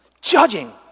judging